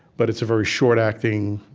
but it's a very short-acting,